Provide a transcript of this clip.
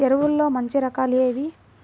ఎరువుల్లో మంచి రకాలు ఏవి?